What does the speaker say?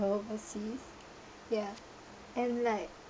overseas yeah and like